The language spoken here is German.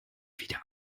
wieder